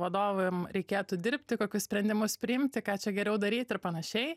vadovamsreikėtų dirbti kokius sprendimus priimti ką čia geriau daryt ir panašiai